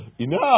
enough